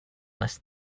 lest